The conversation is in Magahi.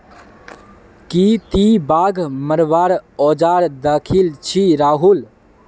की ती बाघ मरवार औजार दखिल छि राहुल